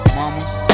mama's